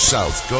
South